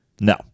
no